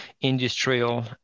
industrial